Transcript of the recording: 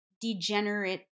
degenerate